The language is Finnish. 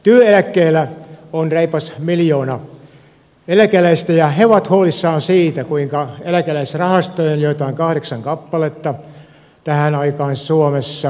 työeläkkeellä on reipas miljoona eläkeläistä ja he ovat huolissaan siitä kuinka eläkerahastojen joita on kahdeksan kappaletta tähän aikaan suomessa käy